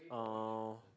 oh